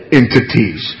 entities